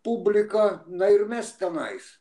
publika na ir mes tenais